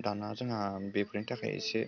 दाना जोंहा बेफोरनि थाखाय एसे